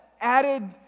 added